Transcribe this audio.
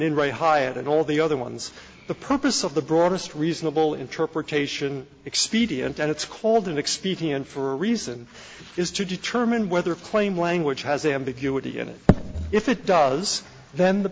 then write hiatt and all the other ones the purpose of the broadest reasonable interpretation expedient and it's called expedient for a reason is to determine whether a claim language has ambiguity in it if it does then the